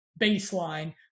baseline